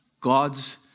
God's